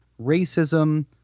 racism